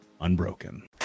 unbroken